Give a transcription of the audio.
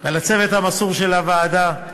ולצוות המסור של הוועדה,